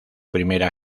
primera